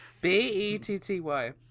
b-e-t-t-y